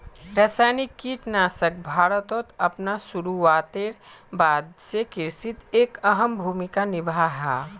रासायनिक कीटनाशक भारतोत अपना शुरुआतेर बाद से कृषित एक अहम भूमिका निभा हा